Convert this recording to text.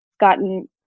gotten